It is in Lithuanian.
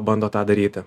bando tą daryti